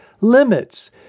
limits